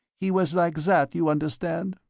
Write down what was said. he was like that, you understand?